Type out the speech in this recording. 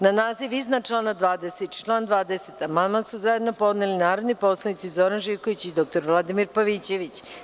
Na naziv iznadčlana 20. i član 20. amandman su zajedno podneli narodni poslanici Zoran Živković i dr Vladimir Pavićević.